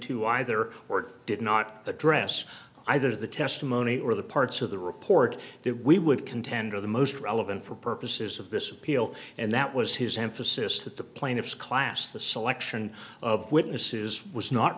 to either or did not address either the testimony or the parts of the report that we would contend are the most relevant for purposes of this appeal and that was his emphasis that the plaintiff's class the selection of witnesses was not